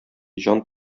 җан